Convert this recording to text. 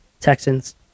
Texans